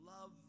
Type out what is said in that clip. love